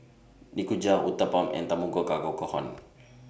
Nikujaga Uthapam and Tamago Kake Gohan